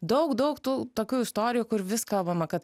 daug daug tų tokių istorijų kur vis kalbama kad